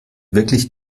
wirklich